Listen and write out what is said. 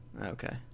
Okay